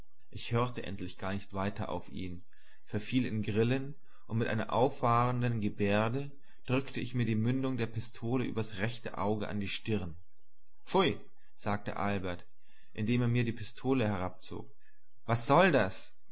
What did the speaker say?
ich hörte endlich gar nicht weiter auf ihn verfiel in grillen und mit einer auffahrenden gebärde drückte ich mir die mündung der pistole übers rechte aug an die stirn pfui sagte albert indem er mir die pistole herabzog was soll das